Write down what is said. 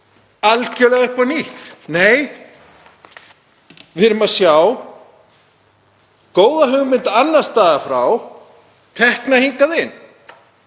algerlega upp á nýtt. Nei, við erum að sjá góða hugmynd annars staðar frá tekna hingað inn.